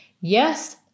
Yes